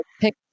pick